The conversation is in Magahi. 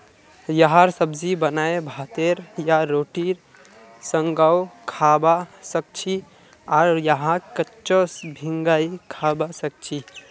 यहार सब्जी बनाए भातेर या रोटीर संगअ खाबा सखछी आर यहाक कच्चो भिंगाई खाबा सखछी